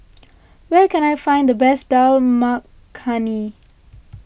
where can I find the best Dal Makhani